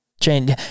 change